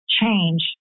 change